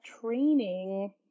training